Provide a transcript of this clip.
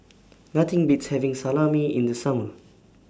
Nothing Beats having Salami in The Summer